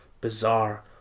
bizarre